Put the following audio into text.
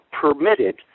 permitted